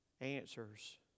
answers